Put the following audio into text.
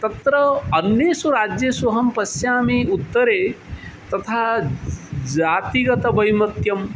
तत्र अन्येषु राज्येषु अहं पश्यामि उत्तरे तथा जातिगतवैमत्यं